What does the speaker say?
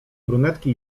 brunetki